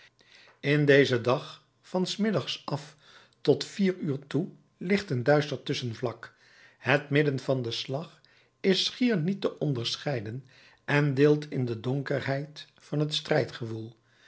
in dezen dag van s middags af tot vier uur toe ligt een duister tusschenvak het midden van den slag is schier niet te onderscheiden en deelt in de donkerheid van het